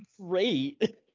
great